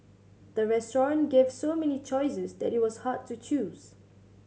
the restaurant gave so many choices that it was hard to choose